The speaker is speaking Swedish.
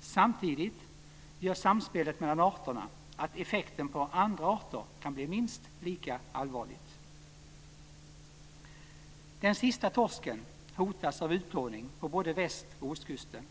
Samtidigt gör samspelet mellan arterna att effekten på andra arter kan bli minst lika allvarlig. Den sista torsken hotas av utplåning på både väst och ostkusten.